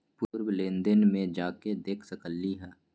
पूर्व लेन देन में जाके देखसकली ह?